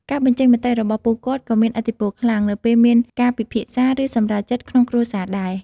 ការបញ្ចេញមតិរបស់ពួកគាត់ក៏មានឥទ្ធិខ្លាំង នៅពេលមានការពិភាក្សាឬសម្រេចចិត្តក្នុងគ្រួសារដែរ។